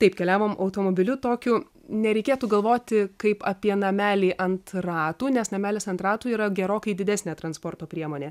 taip keliavom automobiliu tokiu nereikėtų galvoti kaip apie namelį an ratų nes namelis ant ratų yra gerokai didesnė transporto priemonė